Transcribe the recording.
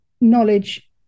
knowledge